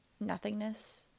Nothingness